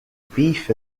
beef